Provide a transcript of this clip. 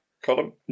Column